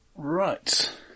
Right